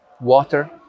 water